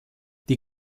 die